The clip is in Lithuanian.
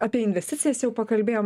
apie investicijas jau pakalbėjom